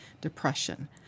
depression